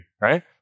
right